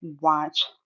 watch